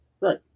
Right